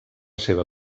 seva